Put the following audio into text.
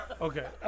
Okay